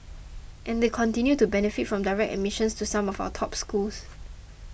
and they continue to benefit from direct admissions to some of our top schools